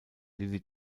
lily